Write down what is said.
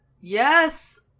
Yes